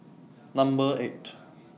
Number eight